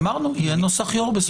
אמרנו שיהיה נוסח יו"ר בסופו של דבר.